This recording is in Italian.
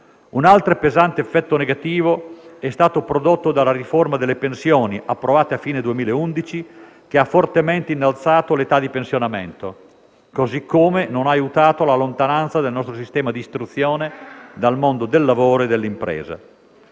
Un altro pesante effetto negativo è stato prodotto dalla riforma delle pensioni approvata a fine 2011 che ha fortemente innalzato l'età di pensionamento. Così come non ha aiutato la lontananza del nostro sistema di istruzione dal mondo del lavoro e dell'impresa.